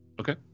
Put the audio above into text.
Okay